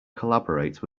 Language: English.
collaborate